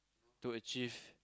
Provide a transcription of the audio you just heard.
to achieve